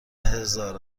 هزار